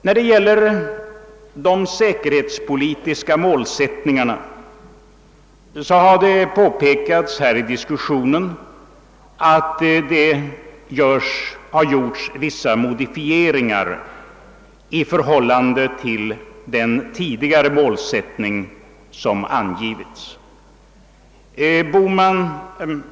När det gäller de säkerhetspolitiska målsättningarna har det påpekats i denna diskussion att det har gjorts vissa modifieringar i förhållande till den målsättning som tidigare angivits.